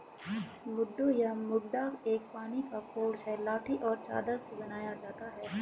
मड्डू या मड्डा एक पानी का कोर्स है लाठी और चादर से बनाया जाता है